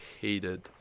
hated